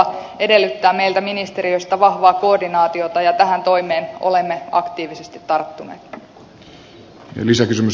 se edellyttää meiltä ministeriöstä vahvaa koordinaatiota ja tähän toimeen olemme aktiivisesti tarttuneet